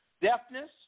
deafness